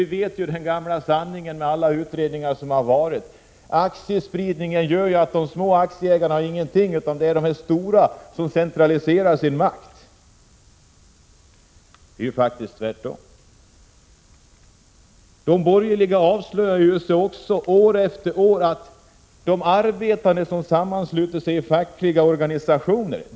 Men den gamla sanning som alla utredningar visat på är att aktiespridningen gör att de små aktieägarna inte har någonting att säga till om utan att det är de stora aktieägarna som centraliserar sin makt, så det är faktiskt tvärtom.